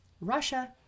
Russia